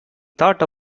thought